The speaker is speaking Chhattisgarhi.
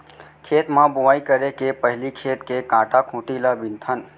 खेत म बोंवई करे के पहिली खेत के कांटा खूंटी ल बिनथन